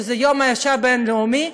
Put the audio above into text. שזה יום האישה הבין-לאומי,